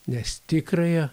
nes tikrąją